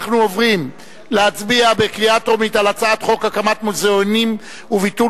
אנחנו עוברים להצביע בקריאה טרומית על הצעת חוק הקמת מוזיאונים וביטול